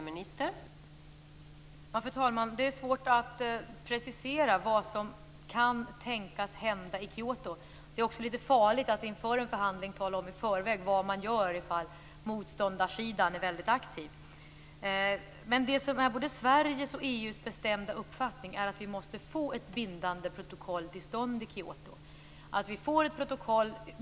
Fru talman! Det är svårt att precisera vad som kan tänkas hända i Kyoto. Det är också litet farligt att inför en förhandling i förväg tala om vad man gör ifall motståndarsidan är väldigt aktiv. Det är både Sveriges och EU:s bestämda uppfattning att vi måste få till stånd ett bindande protokoll i Kyoto.